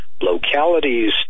localities